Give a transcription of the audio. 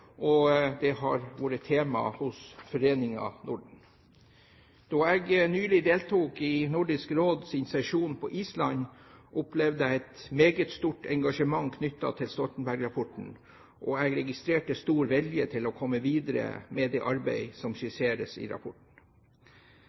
og det har vært tema hos Foreningen Norden. Da jeg nylig deltok i Nordisk Råds sesjon på Island, opplevde jeg et meget stort engasjement knyttet til Stoltenberg-rapporten, og jeg registrerte stor vilje til å komme videre med det arbeidet som skisseres i rapporten.